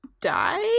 die